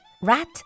rat